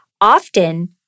often